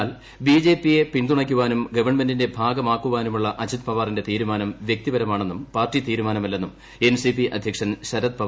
എന്നാൽ ബിജെപി യെ പിന്തുണയ്ക്കാനും ഗവൺമെന്റിന്റെ ഭാഗമാകാനുമുള്ള അജിത്പവാറിന്റെ തീരുമാനം വൃക്തിപരമാണെന്നും പാർട്ടി തീരുമാനമല്ലെന്നും എൻ സി പി അധ്യക്ഷൻ ശരത് പവാർ വ്യക്തമാക്കി